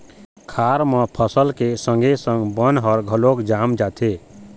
खार म फसल के संगे संग बन ह घलोक जाम जाथे